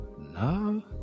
No